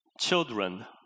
children